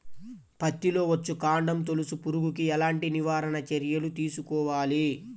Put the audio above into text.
పత్తిలో వచ్చుకాండం తొలుచు పురుగుకి ఎలాంటి నివారణ చర్యలు తీసుకోవాలి?